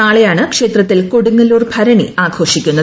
നാളെയാണ് ക്ഷേത്രത്തിൽ കൊടുങ്ങല്ലൂർ ഭരണി ആഘോഷിക്കുന്നത്